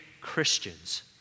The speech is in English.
Christians